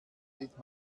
sieht